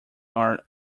are